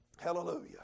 Hallelujah